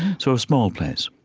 so a small place